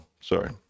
Sorry